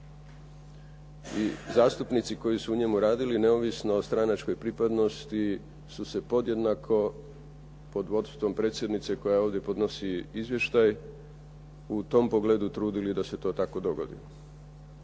I zastupnici koji su u njemu radili, neovisno o stranačkoj pripadnosti, su se podjednako pod vodstvom predsjednice koja ovdje podnosi izvještaj, u tom pogledu trudili da se to tako dogodi.